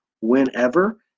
whenever